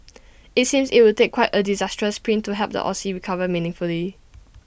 IT seems IT would take quite A disastrous print to help the Aussie recover meaningfully